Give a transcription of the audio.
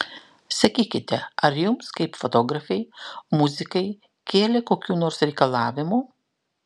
sakykite ar jums kaip fotografei muzikai kėlė kokių nors reikalavimų